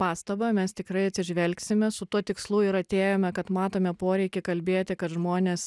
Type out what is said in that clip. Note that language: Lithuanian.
pastabą mes tikrai atsižvelgsime su tuo tikslu ir atėjome kad matome poreikį kalbėti kad žmonės